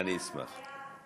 אני אשמח.